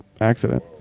accident